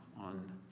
on